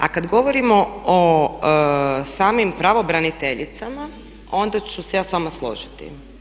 A kad govorimo o samim pravobraniteljicama onda ću se ja sa vama složiti.